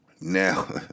Now